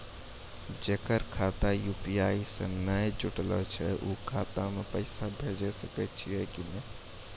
जेकर खाता यु.पी.आई से नैय जुटल छै उ खाता मे पैसा भेज सकै छियै कि नै?